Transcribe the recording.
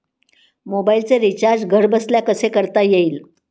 मोबाइलचे रिचार्ज घरबसल्या कसे करता येईल?